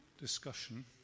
discussion